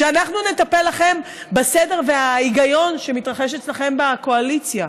שאנחנו נטפל לכם בסדר וההיגיון שמתרחש אצלכם בקואליציה.